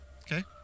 Okay